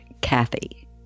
Kathy